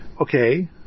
okay